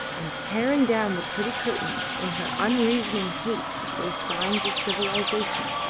and tearing down the pretty curtains in her unreasoning hate of those signs of civilisation,